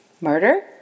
murder